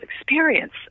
experience